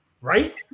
Right